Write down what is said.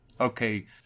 okay